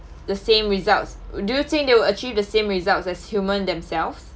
the same results do you think they will achieve the same results as human themselves